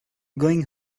going